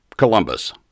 Columbus